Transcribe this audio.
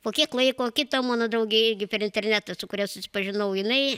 po kiek laiko kita mano draugė irgi per internetą su kuria susipažinau jinai